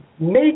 make